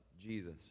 Jesus